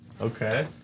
Okay